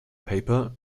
paper